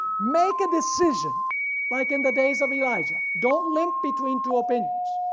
make a decision like in the days of elijah, don't link between two opinions.